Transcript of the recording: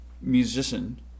musician